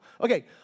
Okay